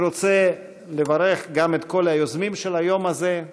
אני רוצה לברך גם את כל היוזמים של היום הזה,